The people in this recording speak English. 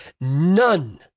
None